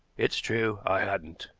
it's true, i hadn't.